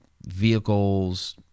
vehicles